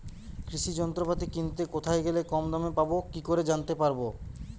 কৃষি যন্ত্রপাতি কিনতে কোথায় গেলে কম দামে পাব কি করে জানতে পারব?